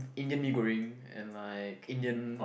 Indian Mee-Goreng and like Indian